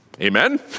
Amen